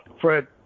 Fred